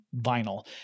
vinyl